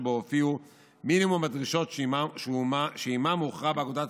שבו הופיעו מינימום הדרישות שבגינן הוכרע באגודת